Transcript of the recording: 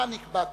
מה נקבע קודם: